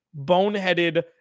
boneheaded